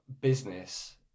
business